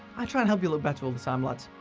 i try and help you look better all the time, lads.